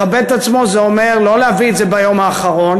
לכבד את עצמו זה אומר לא להביא ביום האחרון,